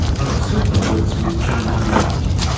alok shukla works with jan abhivakti,